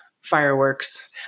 fireworks